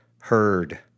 heard